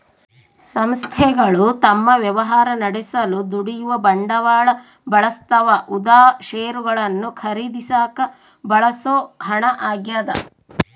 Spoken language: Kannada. ಸಂಸ್ಥೆಗಳು ತಮ್ಮ ವ್ಯವಹಾರ ನಡೆಸಲು ದುಡಿಯುವ ಬಂಡವಾಳ ಬಳಸ್ತವ ಉದಾ ಷೇರುಗಳನ್ನು ಖರೀದಿಸಾಕ ಬಳಸೋ ಹಣ ಆಗ್ಯದ